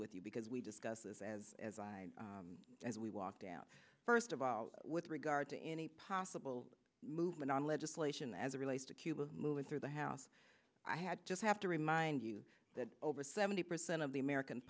with you because we discuss this as as we walk down first of all with regard to any possible movement on legislation as relates to cuba moving through the house i had just have to remind you that over seventy percent of the american